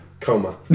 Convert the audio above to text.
coma